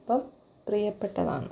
ഇപ്പം പ്രിയപ്പെട്ടതാണ്